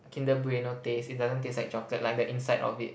Kinder Bueno taste it doesn't taste like chocolate like the inside of it